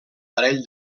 parell